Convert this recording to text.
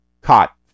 caught